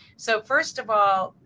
so first of all,